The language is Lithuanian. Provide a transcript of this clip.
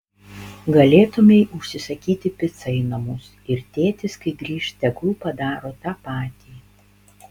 galėtumei užsisakyti picą į namus ir tėtis kai grįš tegul padaro tą patį